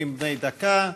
נאומים בני דקה.